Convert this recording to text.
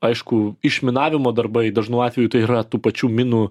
aišku išminavimo darbai dažnu atveju tai yra tų pačių minų